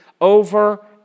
over